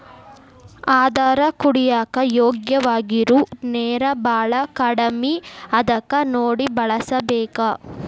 ಆದರ ಕುಡಿಯಾಕ ಯೋಗ್ಯವಾಗಿರು ನೇರ ಬಾಳ ಕಡಮಿ ಅದಕ ನೋಡಿ ಬಳಸಬೇಕ